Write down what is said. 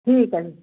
ਠੀਕ ਹੈ ਜੀ